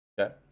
Okay